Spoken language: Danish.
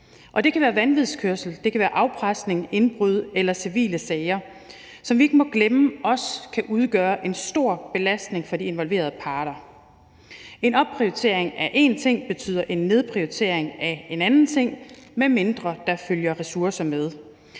Det kan være vanvidskørsel; det kan være afpresning, indbrudssager eller civile sager, som vi ikke må glemme også kan udgøre en stor belastning for de involverede parter. En opprioritering af én ting betyder en nedprioritering af en anden ting, medmindre der følger ressourcer med.